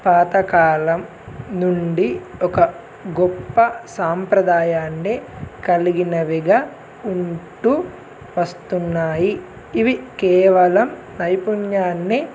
పాతకాలం నుండి ఒక గొప్ప సాంప్రదాయాన్ని కలిగినవిగా ఉంటూ వస్తున్నాయి ఇవి కేవలం నైపుణ్యాన్ని